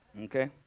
Okay